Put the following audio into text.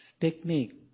technique